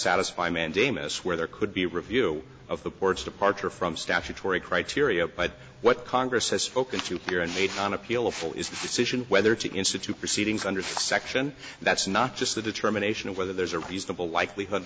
satisfy mandamus where there could be review of the board's departure from statutory criteria but what congress has spoken to here and made on appeal of full is the decision whether to institute proceedings under section that's not just the determination of whether there's a reasonable likelihood